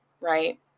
right